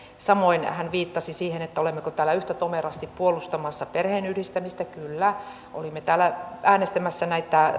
samoin hän viittasi siihen olemmeko täällä yhtä tomerasti puolustamassa perheenyhdistämistä kyllä olimme täällä äänestämässä